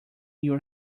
your